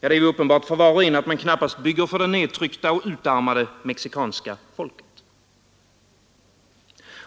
Det är uppenbart för var och en att man knappast bygger för det nedtryckta och utarmade mexikanska folket.